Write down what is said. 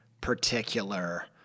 particular